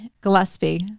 Gillespie